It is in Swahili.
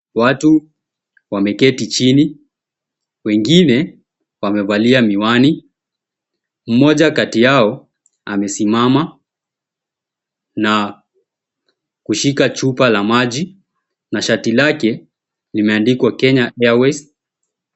Watu wameketi chini. Wengine wamevalia miwani. Mmoja kati yao amesimama na kushika chupa la maji na shati lake limeandikwa Kenya airways.